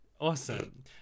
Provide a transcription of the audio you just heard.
Awesome